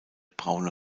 braune